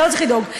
לא צריך לדאוג.